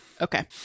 Okay